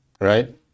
right